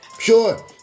Sure